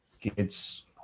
kids